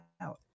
out